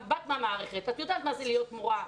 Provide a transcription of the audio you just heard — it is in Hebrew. באת מהמערכת ואת יודעת מה זה להיות מורה,